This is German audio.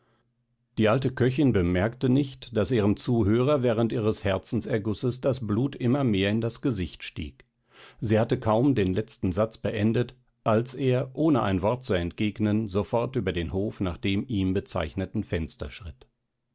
die alte köchin bemerkte nicht daß ihrem zuhörer während ihres herzensergusses das blut immer mehr in das gesicht stieg sie hatte kaum den letzten satz beendet als er ohne ein wort zu entgegnen sofort über den hof nach dem ihm bezeichneten fenster schritt